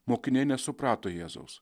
mokiniai nesuprato jėzaus